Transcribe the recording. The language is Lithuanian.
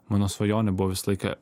mano svajonė buvo visą laiką